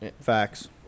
Facts